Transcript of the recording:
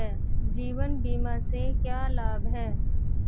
जीवन बीमा से क्या लाभ हैं?